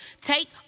take